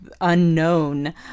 unknown